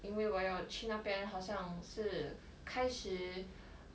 因为我要去那边好像是开始